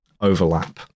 overlap